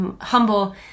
humble